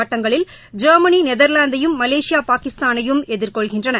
ஆட்டங்களில் ஜொ்மனி நெதா்வாந்தையும் மலேசியா பாகிஸ்தானையும் எதிா்கொள்கிள்றன